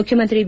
ಮುಖ್ಯಮಂತ್ರಿ ಬಿ